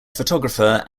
photographer